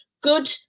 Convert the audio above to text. good